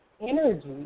energy